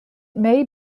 may